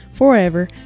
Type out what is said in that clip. forever